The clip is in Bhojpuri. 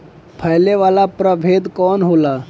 फैले वाला प्रभेद कौन होला?